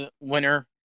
winner